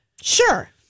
Sure